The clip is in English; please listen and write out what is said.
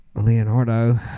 leonardo